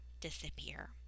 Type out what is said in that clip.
disappear